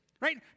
Right